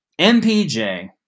MPJ